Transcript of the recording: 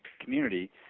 community